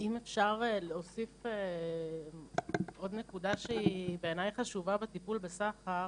אם אפשר להוסיף עוד נקודה שהיא בעיניי חשובה בטיפול בסחר.